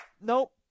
nope